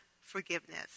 forgiveness